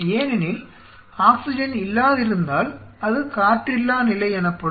ஏனெனில் ஆக்ஸிஜன் இல்லாதிருந்தால் அது காற்றில்லா நிலை எனப்படும்